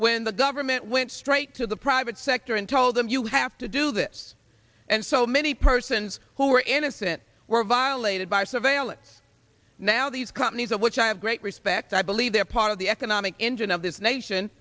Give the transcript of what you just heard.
when the government went straight to the private sector and told them you have to do this and so many persons who were innocent were violated by surveillance now these companies of which i have great respect i believe they're part of the economic engine of this nation